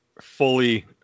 fully